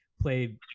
played